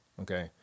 Okay